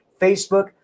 facebook